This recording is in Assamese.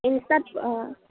ইনষ্টাত